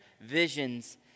visions